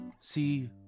see